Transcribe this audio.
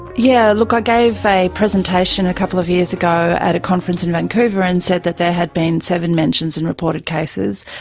yeah i gave a presentation a couple of years ago at a conference in vancouver and said that there had been seven mentions and reported cases,